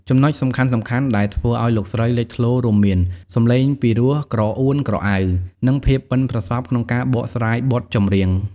ចំណុចសំខាន់ៗដែលធ្វើឱ្យលោកស្រីលេចធ្លោរួមមាន សំឡេងពីរោះក្រអួនក្រអៅ និងភាពបុិនប្រសព្វក្នុងការបកស្រាយបទចម្រៀង។